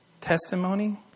testimony